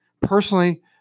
Personally